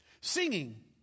Singing